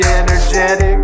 energetic